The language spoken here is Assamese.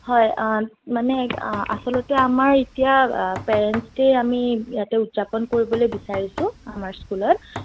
হয় মানে আচলতে আমাৰ এতিয়া পেৰেণ্টচ ডে' আমি ইয়াতে উদযাপন কৰিবলৈ বিচাৰিছোঁ আমাৰ স্কুলত